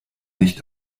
nicht